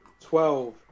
twelve